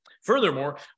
Furthermore